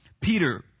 Peter